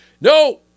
No